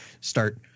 start